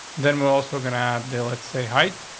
then we're also gonna add the let's say, height,